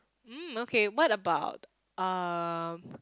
mm okay what about um